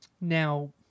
Now